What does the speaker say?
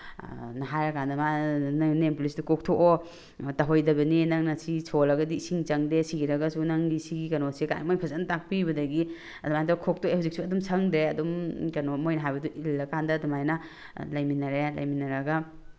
ꯍꯥꯏꯔꯀꯥꯟꯗ ꯅꯦꯜ ꯄꯣꯂꯤꯁꯇꯣ ꯀꯣꯛꯊꯣꯛꯑꯣ ꯇꯧꯍꯩꯗꯕꯅꯤ ꯅꯪꯅ ꯁꯤ ꯁꯣꯜꯂꯒꯗꯤ ꯏꯁꯤꯡ ꯆꯪꯗꯦ ꯁꯤꯔꯈ꯭ꯔꯒꯁꯨ ꯅꯪꯒꯤ ꯁꯤꯒꯤ ꯀꯩꯅꯣꯁꯦ ꯀꯥꯏꯅ ꯃꯣꯏꯅ ꯐꯖꯅ ꯇꯥꯛꯄꯤꯕꯗꯒꯤ ꯑꯗꯨꯃꯥꯏꯅ ꯇꯧꯔꯒ ꯈꯣꯛꯊꯣꯛꯑꯦ ꯍꯧꯖꯤꯛꯁꯨ ꯑꯗꯨꯝ ꯁꯪꯗꯦ ꯑꯗꯨꯝ ꯀꯩꯅꯣ ꯃꯣꯏꯅ ꯍꯥꯏꯕꯗꯣ ꯏꯜꯂꯀꯥꯟꯗ ꯑꯗꯨꯃꯥꯏꯅ ꯂꯩꯃꯤꯟꯅꯔꯦ ꯂꯩꯃꯤꯟꯅꯔꯒ